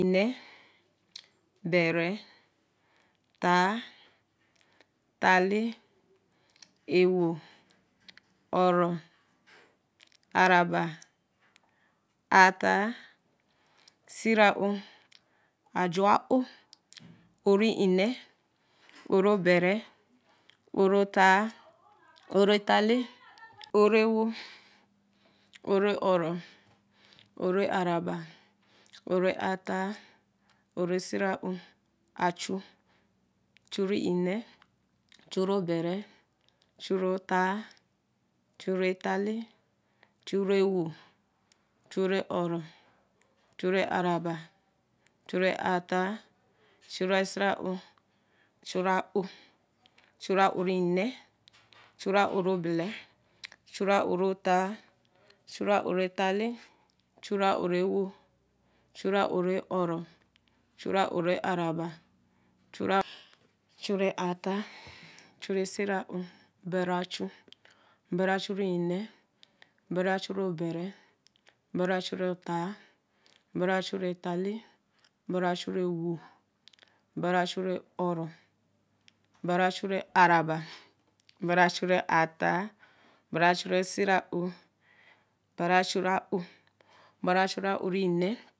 Nne. bere tue. tale ɛro o'ro araba a'teh sira-o aju'a-o a-one a'o bere a'o tae a'o tale a'o ɛro a'o oro a'oaraba a'o atah a'o sira-o achu achuri-nne achu-obere achuri-o'tae achuri-tale achuri-ɛro achuri-oro auchur-araba anehuri-atah auchuri-sira o achuru ‘a o. achuri-a'o nne achur a'o bere auchuri a'o tale auchuri a'o ɛro auchuri a'oro auchuri a'o araba auchuri a'o atah auchuri a'o sira o oberi auch oberi auchuri nne oberi auchuri oberi oberi achuri otae oberi achuri tale oberi auchuru ɛro oberi auchuri oro oberi auchuri araba oberi auchuri a'tae oberi auchuri sur'o'o oberi auchuri a'o oberi achuri re a'o nne